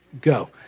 go